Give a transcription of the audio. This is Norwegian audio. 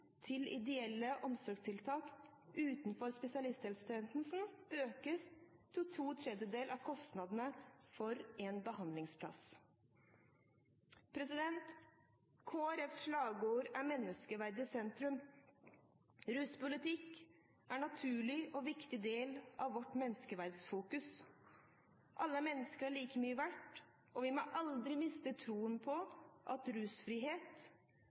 til ideelle omsorgstiltak utenfor spesialisthelsetjenesten økes til to tredjedeler av kostnadene for en behandlingsplass. Kristelig Folkepartis slagord er «Menneskeverd i sentrum». Ruspolitikken er en naturlig og viktig del av vårt menneskeverdfokus. Alle mennesker er like mye verdt, og vi må aldri miste troen på at rusfrihet,